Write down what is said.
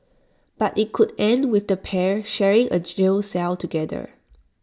but IT could end with the pair sharing A jail cell together